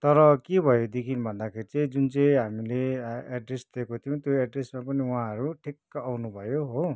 तर के भयो देखिन् भन्दाखेरि चाहिँ जुन चाहिँ हामीले ए एड्रेस दिएको थियौँ त्यो एड्रेसमा पनि उहाँहरू ठिक्क आउनु भयो हो